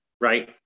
Right